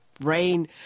rain